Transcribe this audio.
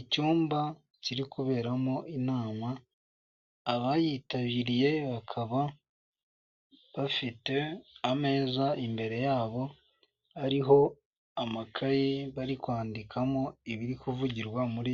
Icyumba kiri kuberamo inama, abayitabiriye bakaba bicaye, imbere yabo hariho ameza. Ayo meza ariho amakayi bari kwandikaho ibiri kuvugwa, banafite